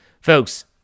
folks